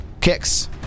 Kicks